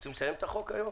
רוצים לסיים את החוק היום?